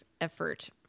effort